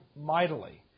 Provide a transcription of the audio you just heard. mightily